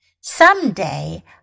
Someday